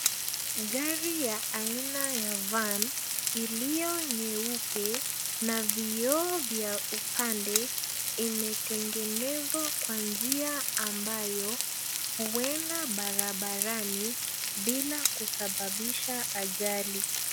Gari ya aina ya van iliyo nyeupe na vioo vya upande imetengenezwa kwa njia ambayo huenda barabarani bila kusababisha ajali.